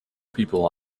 people